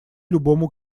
любому